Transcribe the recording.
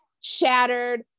shattered